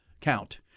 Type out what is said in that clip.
count